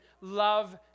love